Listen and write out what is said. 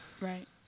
Right